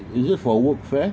is it for work fare